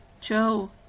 Joe